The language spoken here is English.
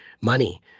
money